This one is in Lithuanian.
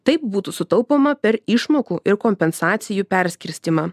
taip būtų sutaupoma per išmokų ir kompensacijų perskirstymą